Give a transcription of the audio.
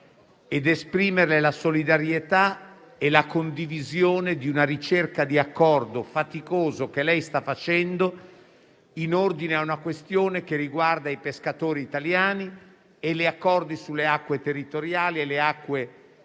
ed esprimerle la solidarietà e la condivisione per la ricerca di un accordo faticoso che lei sta facendo in ordine alla questione che riguarda i pescatori italiani e gli accordi sulle acque territoriali e le acque